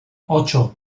ocho